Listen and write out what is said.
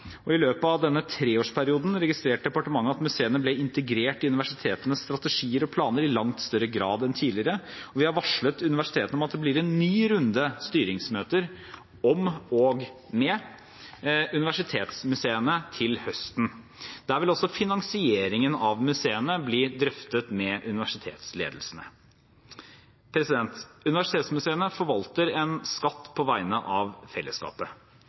og i løpet av denne treårsperioden registrerte departementet at museene ble integrert i universitetenes strategier og planer i langt større grad enn tidligere. Vi har varslet universitetene om at det blir en ny runde med styringsmøter om og med universitetsmuseene til høsten. Der vil også finansieringen av museene bli drøftet med universitetsledelsene. Universitetsmuseene forvalter en skatt på vegne av fellesskapet.